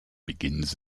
begins